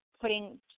putting